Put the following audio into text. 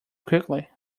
quickly